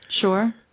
Sure